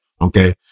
Okay